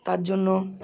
তার জন্য